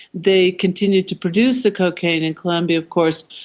they continued to produce the cocaine in colombia of course,